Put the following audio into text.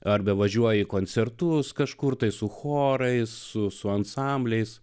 arba važiuoji į koncertus kažkur tai su chorais su ansambliais